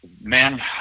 Man